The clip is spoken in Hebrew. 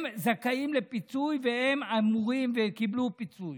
הם זכאים לפיצוי, והם אמורים, וקיבלו פיצוי.